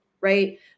right